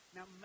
Now